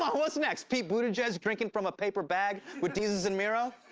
what's next? pete buttigieg drinking from a paper bag with desus and mero?